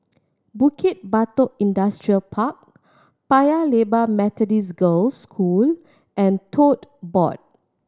Bukit Batok Industrial Park Paya Lebar Methodist Girls' School and Tote Board